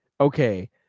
Okay